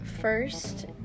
first